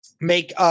make